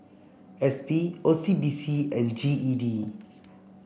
S P O C B C and G E D